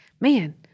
man